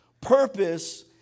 Purpose